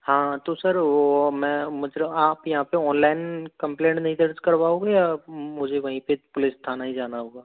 हाँ तो सर वो मैं मतलब आप यहाँ पे ऑनलाइन कंप्लेंट नहीं दर्ज करवाओगे या आप मुझे वहीं पे पुलिस थाना ही जाना होगा